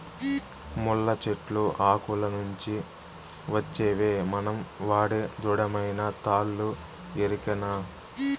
ముళ్ళ చెట్లు ఆకుల నుంచి వచ్చేవే మనం వాడే దృఢమైన తాళ్ళు ఎరికనా